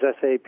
SAP